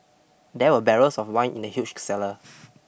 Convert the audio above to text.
there were barrels of wine in the huge cellar